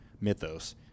mythos